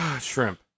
Shrimp